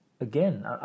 again